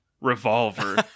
revolver